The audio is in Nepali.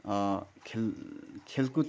खेल खेलकुद